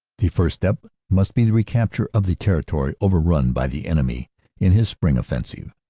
the first step must be the recapture of the terri tory over run by the enemy in his spring offensive.